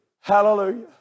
Hallelujah